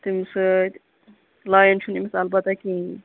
تَمہِ سۭتۍ لایان چھُنہٕ أمِس اَلبتہ کِہیٖنۍ